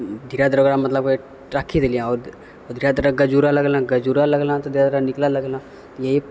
धीरे धीरे ओकरा मतलब राखी देलियै आओर धीरे धीरे गजुरै लगलै गजुरै लगलै तऽ धीरे धीरे निकलै लगलै यही